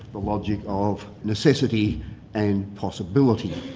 the logic of necessity and possibility.